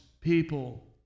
people